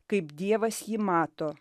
kaip dievas jį mato